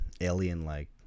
alien-like